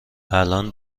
الآن